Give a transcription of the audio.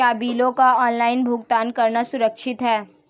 क्या बिलों का ऑनलाइन भुगतान करना सुरक्षित है?